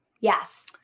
Yes